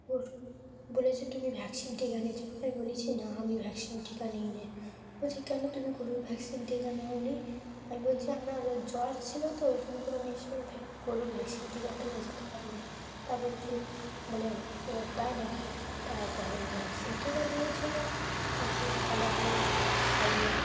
ওর বলেছে তুমি ভ্যাকসিন টিকা নিয়েছ আমি বলেছি না আমি ভ্যাকসিন টিকা নিইনি বলছে কেন তুমি গরুর ভ্যাকসিন টিকা নাওনি আমি বলছি আমার ওর জ্বর ছিল তো ওই জন্য করে আমি এসে গরুর ভ্যাকসিন টিকাটা নিয়ে যেতে পারিনি তা বলছি বলে ও তাই না কি তা ভ্যাকসিন টিকা দিয়েছিল ওষুধপালা দিয়েছিল খাইয়ে